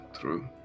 true